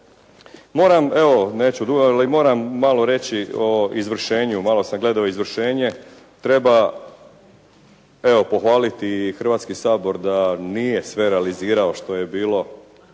moram malo reći o izvršenju. Malo sam gledao izvršenje, treba evo i pohvaliti i Hrvatski sabor da nije sve realizirao što je bilo